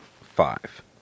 five